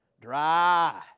Dry